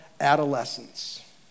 adolescence